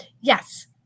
Yes